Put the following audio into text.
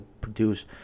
produce